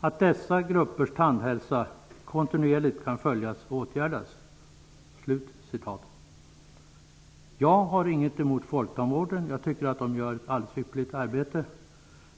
att dessa gruppers tandhälsa kontinuerligt kan följas och åtgärdas.'' Jag har inget emot folktandvården, den gör ett bra arbete.